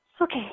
Okay